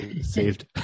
saved